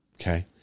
Okay